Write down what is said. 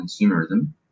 consumerism